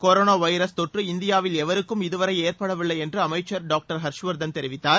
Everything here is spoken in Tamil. கொரானா வைரஸ் தொற்று இந்தியாவில் எவருக்கும் இதுவரை ஏற்படவில்லை என்று அமைச்சர் டாக்டர் ஹர்ஷ்வர்த்தன் தெரிவித்தார்